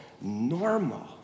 normal